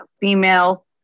female